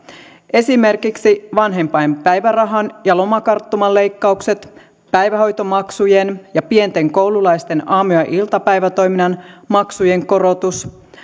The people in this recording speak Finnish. esimerkiksi vanhempainpäivärahan ja lomakarttuman leikkaukset päivähoitomaksujen ja pienten koululaisten aamu ja iltapäivätoiminnan maksujen korotus